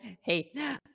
Hey